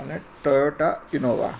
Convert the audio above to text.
અને Toyota Innova